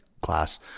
class